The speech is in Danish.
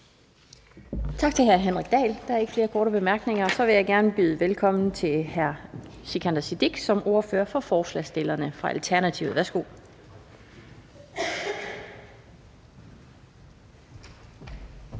Tak til hr. Henrik Dahl. Der er ikke flere korte bemærkninger. Så vil jeg gerne byde velkommen til hr. Sikandar Siddique fra Alternativet som